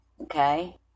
Okay